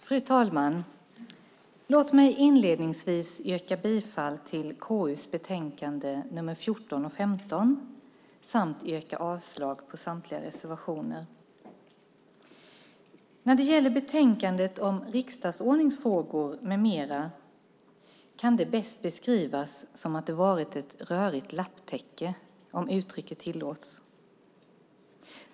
Fru talman! Låt mig inledningsvis yrka bifall till förslagen i KU:s betänkande nr 14 och 15 samt yrka avslag på samtliga reservationer. När det gäller betänkandet om riksdagsordningsfrågor med mera kan det bäst beskrivas som att det varit ett rörigt lapptäcke, om uttrycket tillåts.